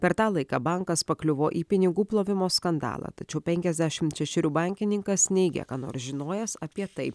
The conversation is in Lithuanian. per tą laiką bankas pakliuvo į pinigų plovimo skandalą tačiau penkiasdešimt šešerių bankininkas neigia ką nors žinojęs apie tai